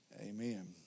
amen